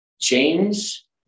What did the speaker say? James